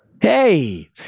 Hey